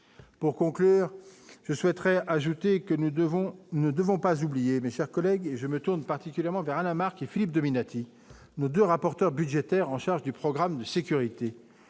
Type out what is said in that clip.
pour conclure je souhaiterai ajouter que nous devons nous ne devons pas oublier mes chers collègues, je me tourne particulièrement vers Alain Marc et Philippe Dominati, nos 2 rapporteurs budgétaires en charge du programme de sécurité